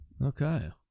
Okay